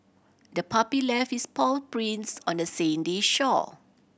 the puppy left its paw prints on the sandy shore